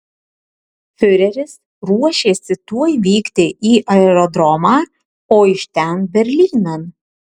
fiureris ruošėsi tuoj vykti į aerodromą o iš ten berlynan